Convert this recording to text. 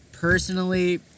Personally